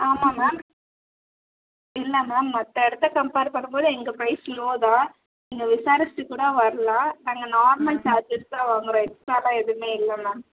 ஆமாம் மேம் இல்லை மேம் மற்ற இடத்த கம்பேர் பண்ணும் போது எங்கள் ப்ரைஸ் லோ தான் நீங்கள் விசாரிச்சுட்டு கூட வரலாம் நாங்கள் நார்மல் சார்ஜ்ஸ் தான் வாங்குகிறோம் எக்ஸ்ட்ரா எல்லாம் எதுவுமே இல்லை மேம்